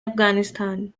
afghanistan